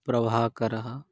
प्रभाकरः